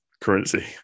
currency